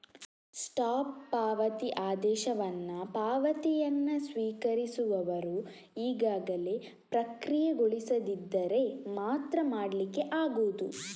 stop ಪಾವತಿ ಆದೇಶವನ್ನ ಪಾವತಿಯನ್ನ ಸ್ವೀಕರಿಸುವವರು ಈಗಾಗಲೇ ಪ್ರಕ್ರಿಯೆಗೊಳಿಸದಿದ್ದರೆ ಮಾತ್ರ ಮಾಡ್ಲಿಕ್ಕೆ ಆಗುದು